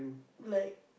like